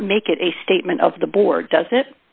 not make it a statement of the board does it